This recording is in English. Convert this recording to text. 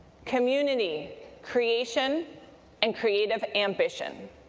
community, creation and creative ambition.